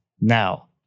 now